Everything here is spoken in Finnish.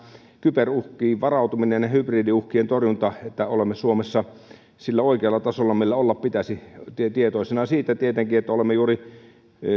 kyberuhkiin varautumisessa ja hybridiuhkien torjunnassa olemme suomessa sillä oikealla tasolla millä olla pitäisi olen tietoinen siitä tietenkin että olemme juuri